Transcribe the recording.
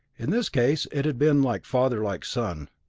in this case it had been like father, like son.